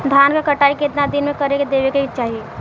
धान क कटाई केतना दिन में कर देवें कि चाही?